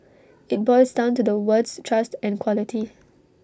IT boils down to the words trust and quality